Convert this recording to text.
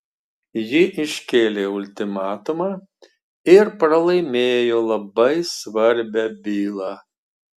ji iškėlė ultimatumą ir pralaimėjo labai svarbią bylą